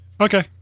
Okay